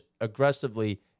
aggressively